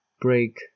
Break